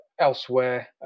elsewhere